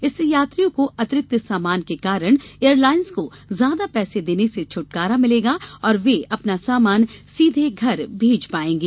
इससे यात्रियों को अतिरिक्त सामान के कारण एयरलाईस को ज्यादा पैसे देने से छुटकारा मिलेगा और वे अपना सामान सीधे घर भेज पायेंगे